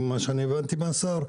כך הבנתי מהשר.